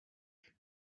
and